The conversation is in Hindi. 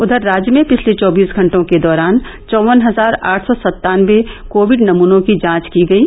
उधर राज्य में पिछले चौबीस घंटों के दौरान चौवन हजार आठ सौ सत्तानबे कोविड नमूनों की जांच की गयी